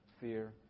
fear